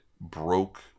broke